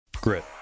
Grit